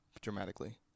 dramatically